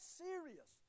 serious